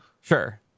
Sure